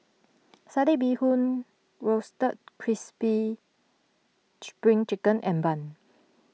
Satay Bee Hoon Roasted Crispy Spring Chicken and Bun